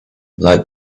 like